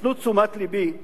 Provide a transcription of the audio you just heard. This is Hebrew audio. הפנו את תשומת לבי,